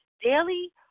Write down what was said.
daily